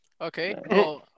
Okay